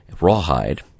Rawhide